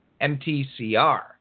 MTCR